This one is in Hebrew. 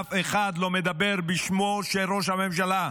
אף אחד לא מדבר בשמו של ראש הממשלה.